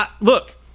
Look